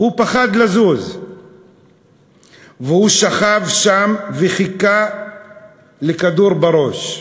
הוא פחד לזוז והוא שכב שם וחיכה לכדור בראש.